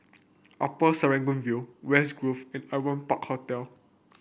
Upper Serangoon View West Grove and Aliwal Park Hotel